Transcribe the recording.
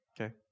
Okay